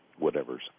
whatevers